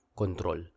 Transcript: control